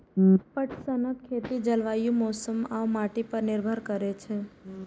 पटसनक खेती जलवायु, मौसम आ माटि पर निर्भर करै छै